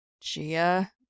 Gia